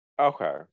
Okay